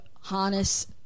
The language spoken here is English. harness